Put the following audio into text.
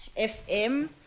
FM